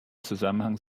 zusammenhang